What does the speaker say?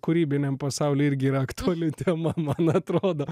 kūrybiniam pasauly irgi yra aktuali tema man atrodo